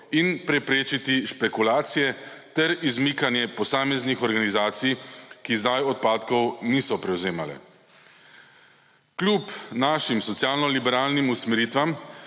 in preprečiti špekulacije ter izmikanje posameznih organizacij, ki zdaj odpadkov niso prevzemale. Kljub našim socialnoliberalnim usmeritvam